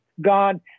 God